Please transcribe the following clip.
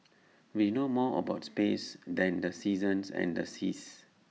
we know more about space than the seasons and the seas